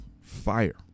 fire